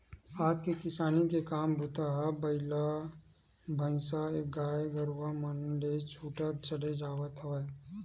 आज के किसानी के काम बूता ह बइला भइसाएगाय गरुवा मन ले छूटत चले जावत हवय